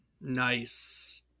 Nice